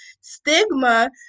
stigma